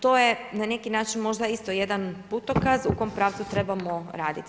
To je na neki način možda isto jedan putokaz u kom pravcu trebamo raditi.